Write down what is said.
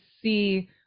see